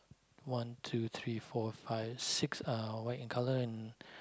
one two three four five six uh white in colour and